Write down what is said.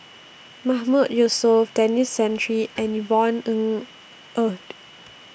Mahmood Yusof Denis Santry and Yvonne Ng Uhde